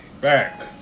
back